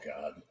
God